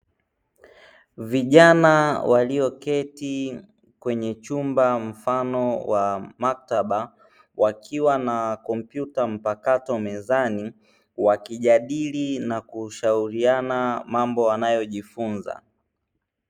Vijana walioketi kwenye chumba mfano wa maktaba, wakiwa na kompyuta mpakato mezani, wakijadili na kushauriana mambo wanayojifunza.